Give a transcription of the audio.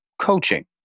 coaching